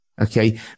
okay